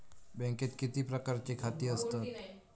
बँकेत किती प्रकारची खाती असतत?